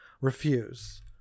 refuse